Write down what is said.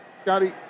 Scotty